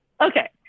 Okay